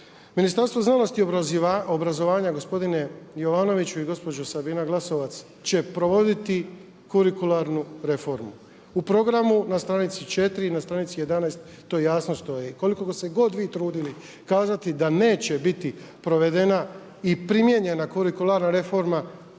Ministarstvo znanosti i obrazovanja gospodine Jovanoviću i gospođo Sabina Glasovac će provoditi kurikularnu reformu u programu na stranici 4. i na stranici 11. to jasno stoji. Koliko god se vi trudili kazati da neće biti provedena i primijenjena kurikularna reforma,